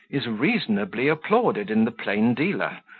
is reasonably applauded in the plain dealer,